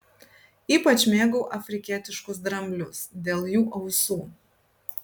ypač mėgau afrikietiškus dramblius dėl jų ausų